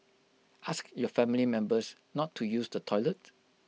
ask your family members not to use the toilet